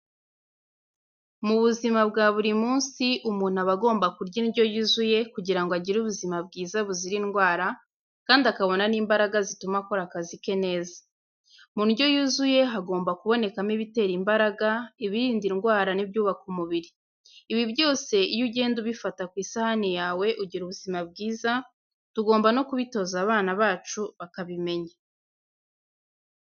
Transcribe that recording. Mu buzima bwa buri munsi, umuntu aba agomba kurya indyo yuzuye kugira ngo agire ubuzima bwiza buzira indwara kandi akabona n'imbaraga zituma akora akazi ke neza. Mu ndyo yuzuye hagomba kubonekamo ibitera imbaraga, ibirinda indwara n'ibyubaka umubiri. Ibi byose iyo ugenda ubifata ku isahani yawe ugira ubuzima bwiza, tugomba no kubitoza abana bacu bakabimenya.